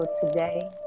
today